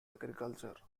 agriculture